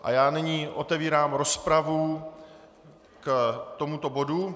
A já nyní otevírám rozpravu k tomuto bodu.